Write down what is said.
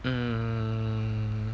mm